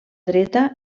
dreta